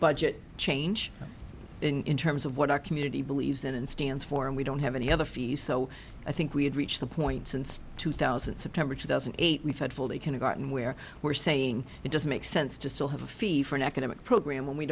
budget change in terms of what our community believes in and stands for and we don't have any other fees so i think we had reached the point since two thousand september two thousand and eight we've had full day kindergarten where we're saying it doesn't make sense to still have a fee for an academic program w